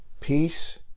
peace